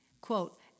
Quote